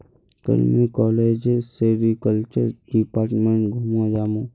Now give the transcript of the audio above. कल मुई कॉलेजेर सेरीकल्चर डिपार्टमेंट घूमवा जामु